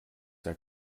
der